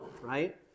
right